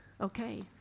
Okay